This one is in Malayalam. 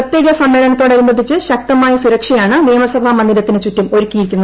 പ്രത്യേക സമ്മേളനത്തോടനുബന്ധിച്ച് ശക്തമായ സുരക്ഷയാണ് നിയമസഭാ മന്ദിരത്തിന് ചുറ്റും ഒരുക്കിയിരിക്കുന്നത്